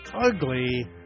ugly